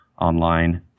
online